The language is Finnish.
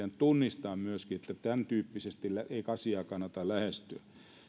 tunnistaa myöskin että tämäntyyppisesti ei asiaa kannata lähestyä